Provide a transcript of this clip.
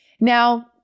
Now